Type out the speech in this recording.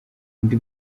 undi